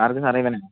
ആർക്ക് സാറേ ഇവനോ